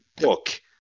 book